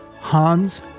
Hans